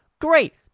great